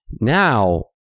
Now